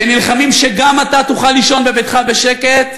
שנלחמים כדי שגם אתה תוכל לישון בביתך בשקט,